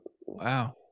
Wow